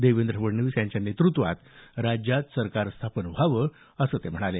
देवेंद्र फडणवीस यांच्या नेतृत्त्वात राज्यात सरकार स्थापन व्हावं असं ते म्हणाले